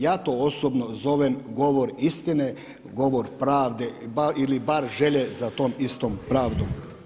Ja to osobno zovem govor istine, govor pravde ili bar želje za tom istom pravdom.